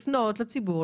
לפנות לציבור,